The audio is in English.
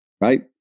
right